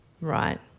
right